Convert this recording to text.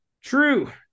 True